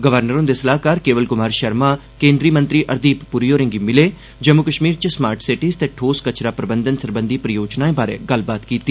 governor हन्दे सलाहकार केवल कुमार शर्मा केन्द्री मंत्री हरदीप पुरी होरें गी मिले जम्मू कश्मीर च स्मार्ट सिटीज़ ते ठोस कचरा प्रबंधन सरबंधी परियोजनाएं बारै गल्लबात कीती